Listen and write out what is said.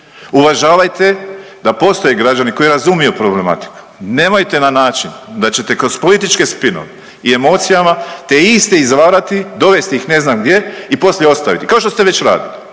Uvažavajte da postoje građani koji razumiju problematiku, nemojte na način da ćete kroz političke spinove i emocijama te iste izvarati, dovesti ih ne znam gdje i poslije ostaviti kao što ste već radili.